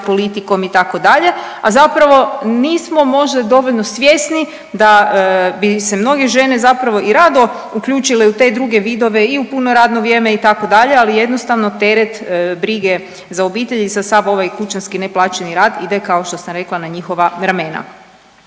politikom itd., a zapravo nismo možda dovoljno svjesni da bi se mnoge žene i rado uključile u te druge vidove i u puno radno vrijeme itd., ali jednostavno teret brige za obitelj za sav ovaj kućanski neplaćeni rad ide kao što sam rekla na njihova ramena.